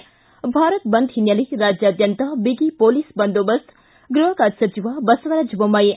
್ಲಿ ಭಾರತ್ ಬಂದ್ ಹಿನ್ನೆಲೆ ರಾಜ್ಯಾದ್ಯಂತ ಬಿಗಿ ಹೊಲೀಸ್ ಬಂದೋಬಸ್ತ್ ಗೃಹ ಖಾತೆ ಸಚಿವ ಬಸವರಾಜ ಬೊಮ್ಲಾಯಿ